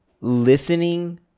listening